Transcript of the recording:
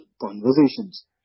conversations